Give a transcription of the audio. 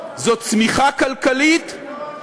זה צמיחה כלכלית, זה השלום, למנוע מלחמה.